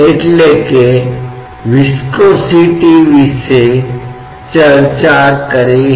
इसलिए हम द्रव स्थैतिकी की समझ में जाएंगे